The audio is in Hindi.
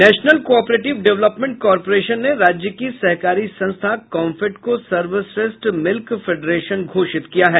नेशनल कॉपरेटिव डेवलपमेंट कॉरपोरेशन ने राज्य की सहकारी संस्था काम्फेड को सर्वश्रेष्ठ मिल्क फेडरेशन घोषित किया है